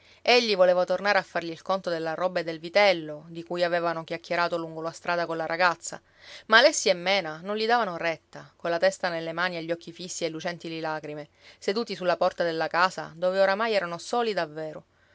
egli voleva tornare a fargli il conto della roba e del vitello di cui avevano chiacchierato lungo la strada colla ragazza ma alessi e mena non gli davano retta colla testa nelle mani e gli occhi fissi e lucenti di lagrime seduti sulla porta della casa dove oramai erano soli davvero